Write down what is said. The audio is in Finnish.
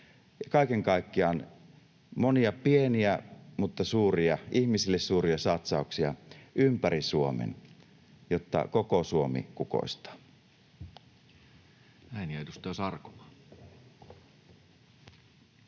Kaiken kaikkiaan monia pieniä, mutta ihmisille suuria satsauksia ympäri Suomen, jotta koko Suomi kukoistaa.